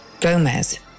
Gomez